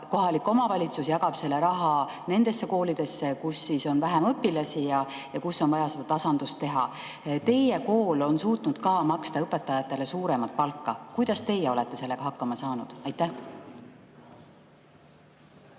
kohalik omavalitsus jagab selle raha nendesse koolidesse, kus on vähem õpilasi ja kus on vaja seda tasandust teha. Teie kool on suutnud maksta õpetajatele suuremat palka. Kuidas teie olete sellega hakkama saanud? Suur